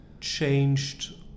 changed